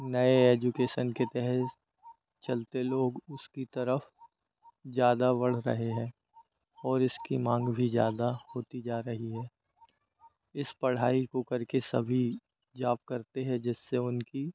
नए एजुकेशन के तहस चलते लोग उसकी तरफ ज़्यादा बढ़ रहे हैं और इसकी माँग भी ज़्यादा होती जा रही है इस पढ़ाई को करके सभी जॉब करते हैं जिससे उनकी